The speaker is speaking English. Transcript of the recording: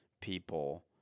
people